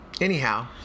Anyhow